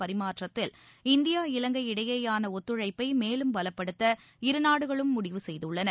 பரிமாற்றத்தில் இந்தியா இலங்கை இடையேயான ஒத்துழைப்பை மேலம் பலப்படுத்த இருநாடுகளும் முடிவு செய்துள்ளன